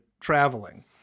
traveling